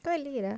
quiet late ah